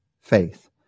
faith